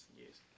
yes